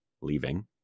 leaving